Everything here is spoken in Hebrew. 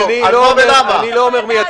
אני אוריד את הסכין היום.